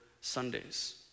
Sundays